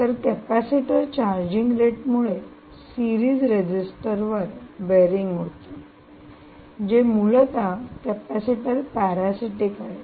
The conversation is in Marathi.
तर कॅपॅसिटर चार्जिंग रेट मुळे सिरीज रेजिस्टर वर बेरिंग होते जे मुख्यता कॅपेसिटर पॅरासीटिक आहे